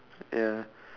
ya